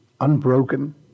unbroken